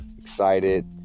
excited